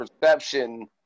perception